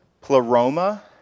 Pleroma